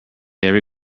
every